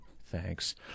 Thanks